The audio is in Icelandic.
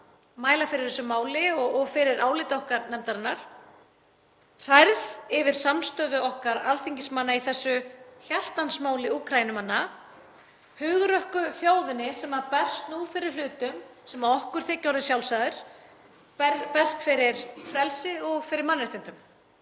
mæla fyrir þessu máli og yfir áliti okkar nefndarinnar, hrærð yfir samstöðu okkar alþingismanna í þessu hjartans máli Úkraínumanna, hugrökku þjóðinni sem berst nú fyrir hlutum sem okkur þykja orðið sjálfsagðir, berst fyrir frelsi og fyrir mannréttindum